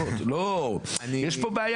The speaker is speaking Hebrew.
הם באים לפה פעם אחר פעם ראשי הרשויות האלה,